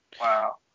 Wow